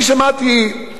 אני שמעתי,